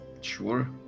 Sure